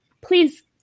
Please